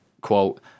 quote